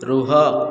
ରୁହ